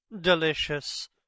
delicious